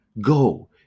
go